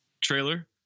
trailer